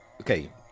okay